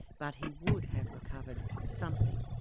but he would have recovered something.